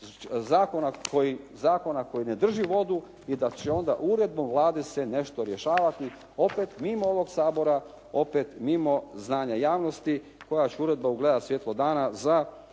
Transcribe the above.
zakona koji ne drži vodu i da će onda uredbom Vlade nešto se rješavati, opet mimo ovog Sabora, opet mimo znanja javnosti. Koja će uredba ugledati svjetlo dana za